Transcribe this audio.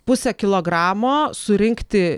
pusę kilogramo surinkti